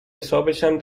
حسابشم